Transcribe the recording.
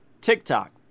TikTok